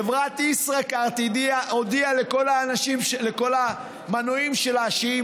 חברת ישראכרט הודיעה לכל המנויים שלה שהיא